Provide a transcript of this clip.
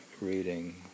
reading